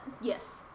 Yes